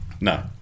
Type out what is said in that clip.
No